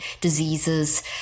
diseases